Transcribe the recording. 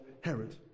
Herod